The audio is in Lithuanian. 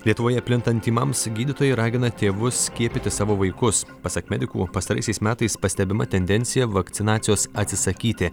lietuvoje plintant tymams gydytojai ragina tėvus skiepyti savo vaikus pasak medikų pastaraisiais metais pastebima tendencija vakcinacijos atsisakyti